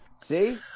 See